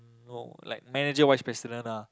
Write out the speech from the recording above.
no like manager vice president ah